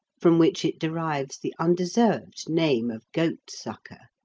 from which it derives the undeserved name of goat-sucker,